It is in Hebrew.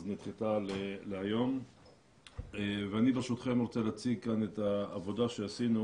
נדחתה להיום ואני ברשותכם רוצה להציג כאן את העבודה שעשינו,